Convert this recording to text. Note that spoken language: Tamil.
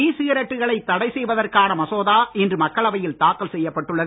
இ சிகரெட்டுகளை தடை செய்வதற்கான மசோதா இன்று மக்களவையில் தாக்கல் செய்யப்பட்டுள்ளது